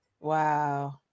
wow